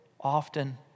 often